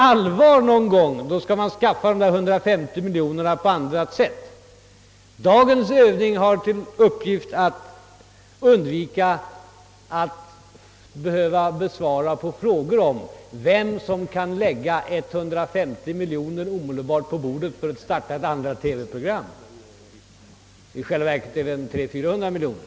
Blir det någon gång allvar skall man skaffa 150 miljoner kronor på annat sätt. Dagens övning har tydligen till uppgift att undvika frågor om vem som skall lägga 150 miljoner kronor på bordet omedelbart för att starta ett andra TV-program — i själva verket rör det sig om 300—400 miljoner.